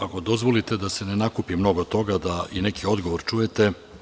Ako dozvolite, da se ne nakupi mnogo toga, da i neki odgovor čujete.